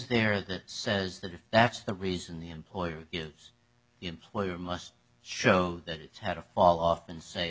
there that says that if that's the reason the employer is the employer must show that it's had a fall off in sa